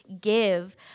give